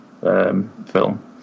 film